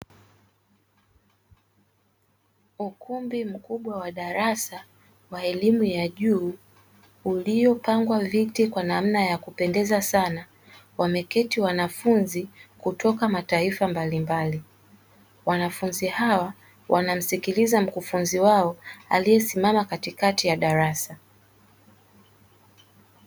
Ukumbi mkubwa wa darasa wa elimu ya juu, uliopangwa viti kwa namna ya kupendeza sana, wameketi wanafunzi kutoka mataifa mbalimbali. Wanafunzi hawa wanamsikiliza mkufunzi wao aliyesimama katikati ya darasa.